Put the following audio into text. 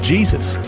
Jesus